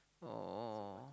oh